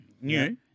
New